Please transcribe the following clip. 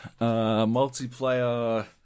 multiplayer